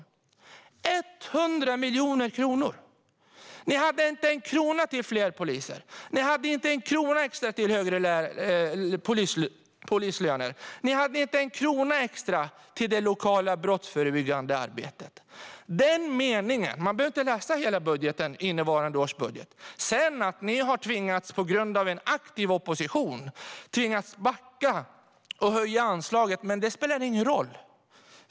Det var 100 miljoner kronor. Ni hade inte en krona till fler poliser. Ni hade inte en krona extra till högre polislöner. Ni hade inte en krona extra till det lokala brottsförebyggande arbetet. Man kan läsa den meningen. Man behöver inte läsa hela innevarande års budget. Sedan har ni på grund av en aktiv opposition tvingats backa och höja anslaget, men det spelar ingen roll.